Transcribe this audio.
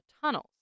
tunnels